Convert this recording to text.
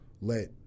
let